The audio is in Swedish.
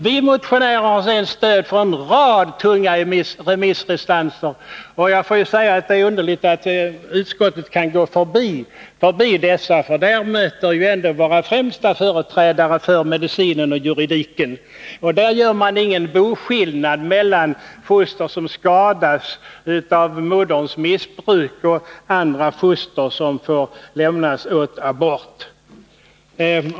Vi motionärer har stöd från en rad tunga remissinstanser. Jag måste säga att det är underligt att utskottet kan gå förbi dessa. Där möter vi ju ändå våra främsta företrädare för medicinen och juridiken. De gör ingen boskillnad mellan foster som skadas på grund av moderns missbruk och andra foster, som får lämnas åt abort.